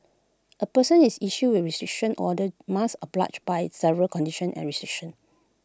A person is issued with A restriction order must oblige by several conditions and restrictions